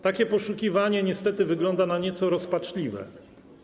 Takie poszukiwanie niestety wygląda na nieco rozpaczliwe.